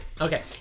Okay